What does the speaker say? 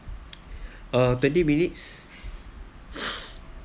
uh twenty minutes